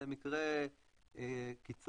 זה מקרה קיצון,